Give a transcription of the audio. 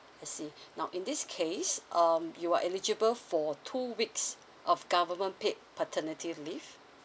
I see now in this case um you are eligible for two weeks of government paid paternity leave